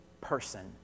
person